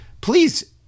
please